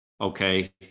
Okay